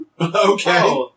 Okay